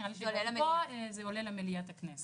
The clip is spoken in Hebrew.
זה יועלה למליאת הכנסת.